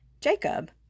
Jacob